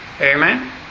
Amen